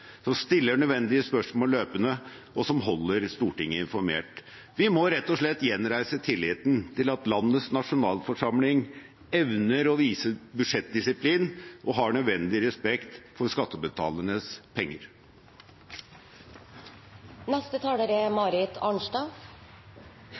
stiller nødvendige spørsmål løpende, og som holder Stortinget informert. Vi må rett og slett gjenreise tilliten til at landets nasjonalforsamling evner å vise budsjettdisiplin og har nødvendig respekt for skattebetalernes penger. Jeg vil også få lov å takke for redegjørelsen. Dette er